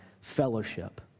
fellowship